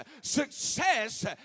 Success